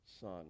son